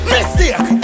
Mistake